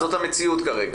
זאת המציאות כרגע.